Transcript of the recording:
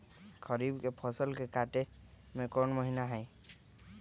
खरीफ के फसल के कटे के कोंन महिना हई?